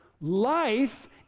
Life